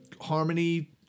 harmony